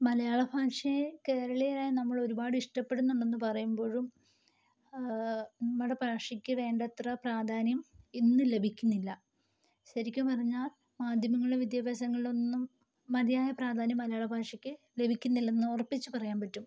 മലയാള ഭാഷയെ കേരളീയരായ നമ്മൾ ഒരുപാട് ഇഷ്ടപ്പെടുന്നുണ്ടെന്ന് പറയുമ്പോഴും നമ്മുടെ ഭാഷയ്ക്ക് വേണ്ടത്ര പ്രാധാന്യം ഇന്ന് ലഭിക്കുന്നില്ല ശരിക്കും പറഞ്ഞാൽ മാധ്യമങ്ങളിലും വിദ്യാഭ്യാസങ്ങളിലൊന്നും മതിയായ പ്രാധാന്യം മലയാള ഭാഷയ്ക്ക് ലഭിക്കുന്നില്ലെന്ന് ഉറപ്പിച്ച് പറയാൻ പറ്റും